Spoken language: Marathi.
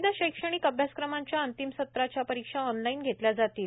विविध शैक्षणिक अभ्यासक्रमांच्या अंतिम सत्राच्या परीक्षा ऑनलाईन घेतल्या जातील